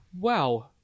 wow